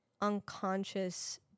unconscious